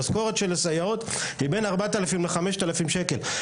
המשכורת של הסייעות היא בין 4,000 ל-5,000 שקל,